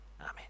Amen